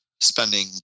spending